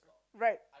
right